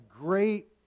great